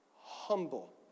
Humble